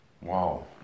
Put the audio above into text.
wow